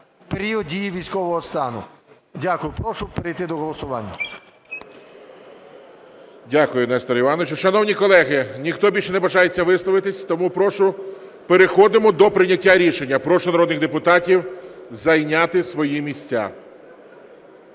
період дії військового стану. Дякую. Прошу перейти до голосування. ГОЛОВУЮЧИЙ. Дякую, Несторе Івановичу. Шановні колеги, ніхто більше не бажає висловитись, тому прошу переходимо до прийняття рішення. Прошу народних депутатів зайняти свої місця.